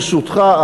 ברשותך,